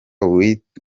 wita